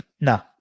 no